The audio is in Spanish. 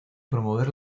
promover